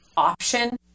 option